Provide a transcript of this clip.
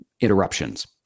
interruptions